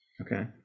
Okay